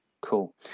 Cool